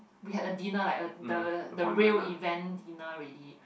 we had a dinner like uh the the real event dinner already